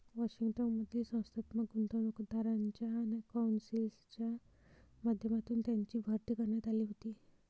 Washington मधील संस्थात्मक गुंतवणूकदारांच्या कौन्सिलच्या माध्यमातून त्यांची भरती करण्यात आली होती